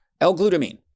L-glutamine